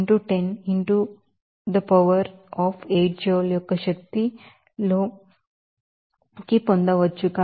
67 into 10 into the power of 8 joule యొక్క శక్తిలోకి పొందవచ్చు